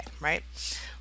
right